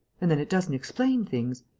and then it doesn't explain things.